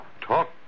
talk